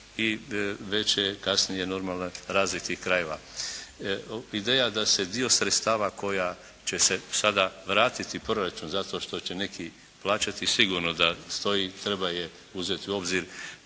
i veće kasnije normalno razvoj tih krajeva. Ideja da se dio sredstava koja će se sada vratiti u proračun zato što će neki plaćati sigurno da stoji, treba je uzeti u obzir,